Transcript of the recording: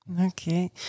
Okay